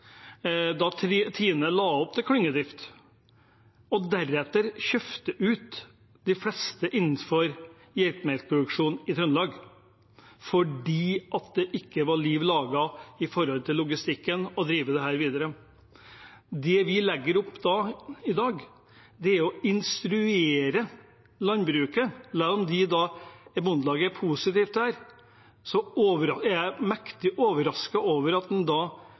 la opp til klyngedrift og deretter kjøpte ut de fleste innenfor geitemelkproduksjon i Trøndelag, fordi det med tanke på logistikken ikke var liv laga å drive dette videre. Det vi legger opp til i dag, er å instruere landbruket. Selv om Bondelaget er positive til dette, er jeg mektig overrasket over at en